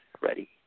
Ready